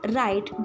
right